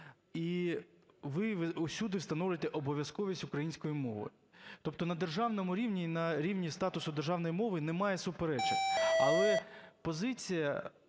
І ви усюди встановлюєте обов'язковість української мови. Тобто на державному рівні, на рівні статусу державної мови немає суперечок. Але позиція